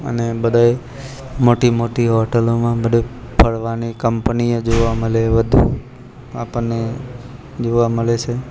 અને બધાએ મોટો મોટી હોટલોમાં બધું ફરવાની કંપની જોવા મળે વધુ આપણને જોવા મળે છે